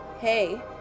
Hey